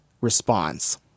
response